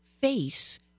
face